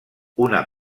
una